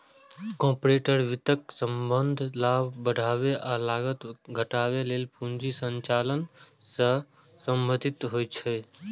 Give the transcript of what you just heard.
corporate वित्तक संबंध लाभ बढ़ाबै आ लागत घटाबै लेल पूंजी संचालन सं संबंधित होइ छै